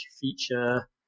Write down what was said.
feature